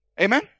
amen